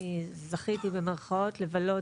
אני "זכיתי" לבלות,